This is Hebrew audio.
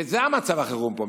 וזה מצב החירום פה,